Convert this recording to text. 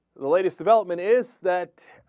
latest development is that